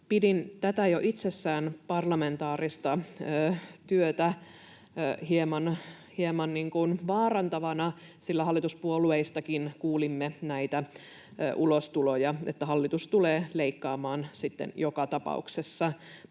Pidin tätä jo itsessään parlamentaarista työtä hieman vaarantavana, sillä hallituspuolueistakin kuulimme näitä ulostuloja, että hallitus tulee leikkaamaan sitten joka tapauksessa.